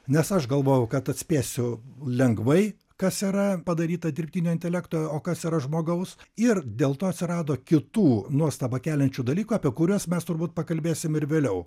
nes aš galvojau kad atspėsiu lengvai kas yra padaryta dirbtinio intelekto o kas yra žmogaus ir dėl to atsirado kitų nuostabą keliančių dalykų apie kuriuos mes turbūt pakalbėsim ir vėliau